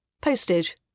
postage